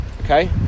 okay